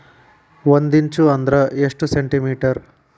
ಒಂದಿಂಚು ಅಂದ್ರ ಎಷ್ಟು ಸೆಂಟಿಮೇಟರ್?